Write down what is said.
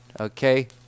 Okay